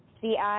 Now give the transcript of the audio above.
CI